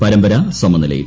പരമ്പര സമനിലയിൽ